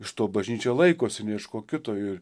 iš to bažnyčia laikosi ne iš ko kito ir